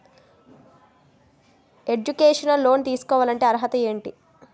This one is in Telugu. ఎడ్యుకేషనల్ లోన్ తీసుకోవాలంటే అర్హత ఏంటి?